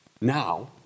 now